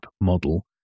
model